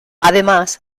además